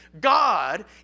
God